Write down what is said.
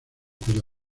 cuya